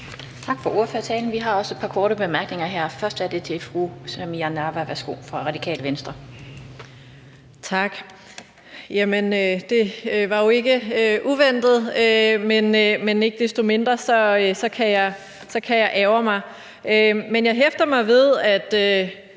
Tak for ordførertalen. Vi har også et par korte bemærkninger her. Først er det fru Samira Nawa fra Radikale Venstre. Værsgo. Kl. 14:43 Samira Nawa (RV): Tak. Det var jo ikke uventet, men ikke desto mindre kan jeg ærgre mig. Jeg hæfter mig ved, at